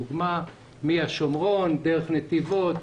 כאן כדוגמה, מהשומרון, דרך נתיבות,